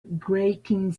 grating